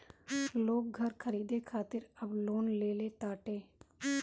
लोग घर खरीदे खातिर अब लोन लेले ताटे